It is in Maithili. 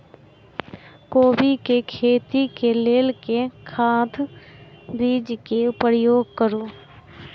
कोबी केँ खेती केँ लेल केँ खाद, बीज केँ प्रयोग करू?